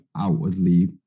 outwardly